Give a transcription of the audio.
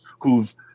who've